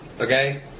Okay